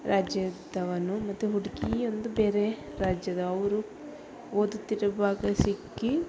ರಾಜ್ಯದವನು ಮತ್ತು ಹುಡುಗಿ ಒಂದು ಬೇರೆ ರಾಜ್ಯದವರು ಓದುತ್ತಿರುವಾಗ ಸಿಕ್ಕು